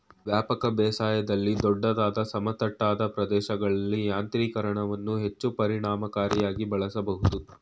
ವ್ಯಾಪಕ ಬೇಸಾಯದಲ್ಲಿ ದೊಡ್ಡದಾದ ಸಮತಟ್ಟಾದ ಪ್ರದೇಶಗಳಲ್ಲಿ ಯಾಂತ್ರೀಕರಣವನ್ನು ಹೆಚ್ಚು ಪರಿಣಾಮಕಾರಿಯಾಗಿ ಬಳಸ್ಬೋದು